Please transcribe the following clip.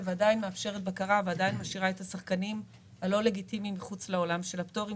תאפשר בקרה ותשאיר את השחקנים הלא לגיטימיים מחוץ לעולם של הפטורים.